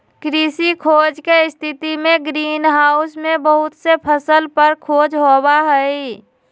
कृषि खोज के स्थितिमें ग्रीन हाउस में बहुत से फसल पर खोज होबा हई